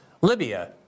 Libya